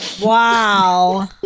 Wow